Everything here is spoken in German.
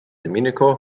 domenico